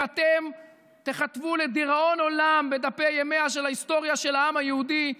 ואתם תיכתבו לדיראון עולם בדפי ימיה של ההיסטוריה של העם היהודי,